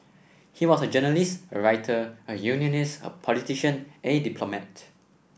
he was a journalist a writer a unionist a politician a diplomat